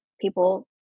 people